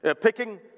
Picking